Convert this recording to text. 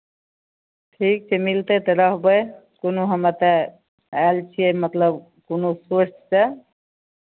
ठीक छै मिलतै तऽ रहबै कोनो हम एतय आयल छियै मतलब कोनो सोर्ससँ